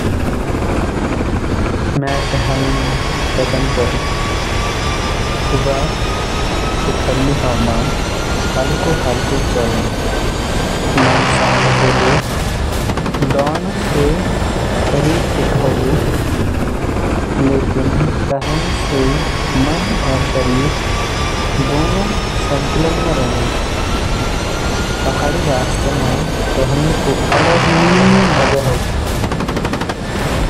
म टहलण पसंद करुँ। सुबह क ठंडी हवा म हल्को-हल्को चलण स मन शांत होलु। दौड़ण स शरीर फिट होलु, लेकिन टहलण स मन और शरीर दोनो संतुलन म रहदु। पहाड़ी रास्ता म टहलण क अलग ही मजा होलु।